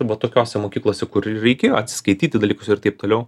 va tokiose mokyklose kur reikėjo atsiskaityti dalykus ir taip toliau